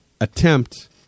attempt